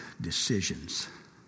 decisions